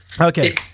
Okay